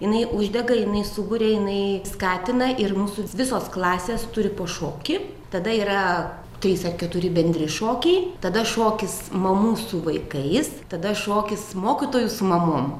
jinai uždega jinai suburia jinai skatina ir mūsų visos klasės turi po šokį tada yra trys ar keturi bendri šokiai tada šokis mamų su vaikais tada šokis mokytojus mamom